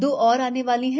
दो और आने वाली हैं